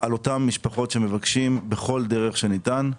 על אותן משפחות שמבקשות בכל דרך שניתן.